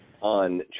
on